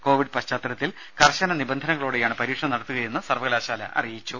Covid പശ്ചാത്തലത്തിൽ കർശന നിബന്ധനകളോടെയാണ് പരീക്ഷ നടത്തുകയെന്ന് സർവകലാശാല അറിയിച്ചു